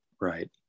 Right